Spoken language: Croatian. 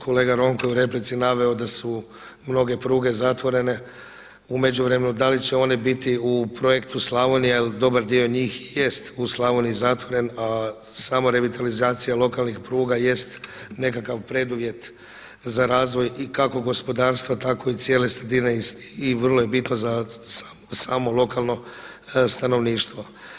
Kolega Ronko je u replici naveo da su mnoge pruge zatvorene u međuvremenu, da li će one biti u projektu Slavonija jer dobar dio njih jest u Slavoniji zatvoren, a samo revitalizacija lokalnih pruga jest nekakav preduvjet za razvoj kako i gospodarstva tako i cijele sredine i vrlo je bitno za samo lokalno stanovništvo.